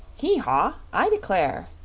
hee-haw! i declare!